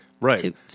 Right